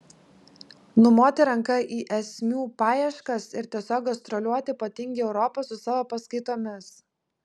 numoti ranka į esmių paieškas ir tiesiog gastroliuoti po tingią europą su savo paskaitomis